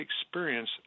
experience